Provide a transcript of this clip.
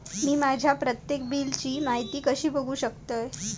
मी माझ्या प्रत्येक बिलची माहिती कशी बघू शकतय?